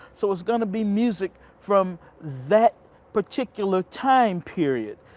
so it's gonna be music from that particular time period,